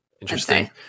Interesting